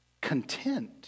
content